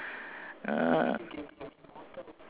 uh